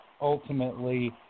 ultimately